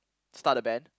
start a band